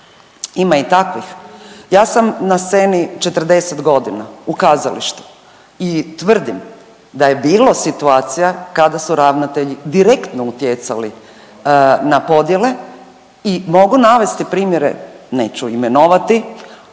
Ima i takvih. Ja sam na sceni 40.g. u kazalištu i tvrdim da je bilo situacija kada su ravnatelji direktno utjecali na podijele i mogu navesti primjere, neću imenovati,